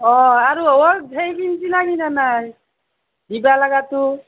অ আৰু অত হেই কিনছিনে কিনা নাই দিবা লগাটো